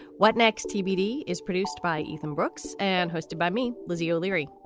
what next? tbd is produced by ethan brooks and hosted by me. lizzie o'leary.